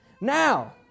Now